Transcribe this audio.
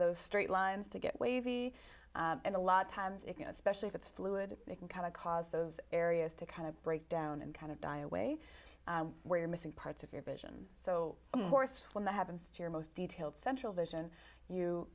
those straight lines to get wavy and a lot of times you know especially if it's fluid you can kind of cause those areas to kind of break down and kind of die away where you're missing parts of your vision so when that happens to your most detailed central vision you